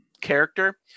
character